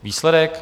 Výsledek?